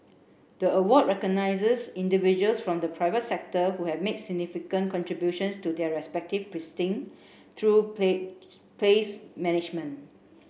the award recognises individuals from the private sector who have made significant contributions to their respective through place management